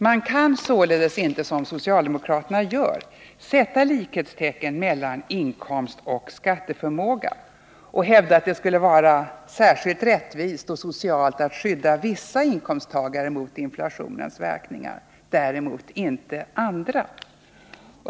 Man kan således inte, som socialdemokraterna gör, sätta likhetstecken mellan inkomst och skatteförmåga och hävda att det skulle vara särskilt rättvist och socialt att skydda vissa inkomsttagare mot inflationens verkningar, däremot inte andra.